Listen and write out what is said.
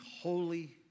holy